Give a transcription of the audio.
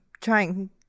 trying